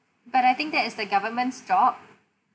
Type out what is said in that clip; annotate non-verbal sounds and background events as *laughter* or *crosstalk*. *noise* but I think that is the government's job